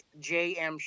jm